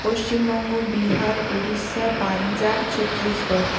Paschimbanga Bihar Orissa Punjab Chhattisgarh